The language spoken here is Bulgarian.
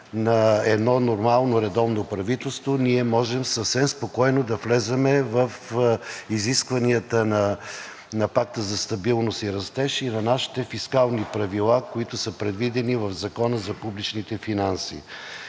на едно нормално редовно правителство ние можем съвсем спокойно да влезем в изискванията на Пакта за стабилност и растеж и на нашите фискални правила, които са предвидени в Закона за публичните финанси.